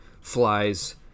flies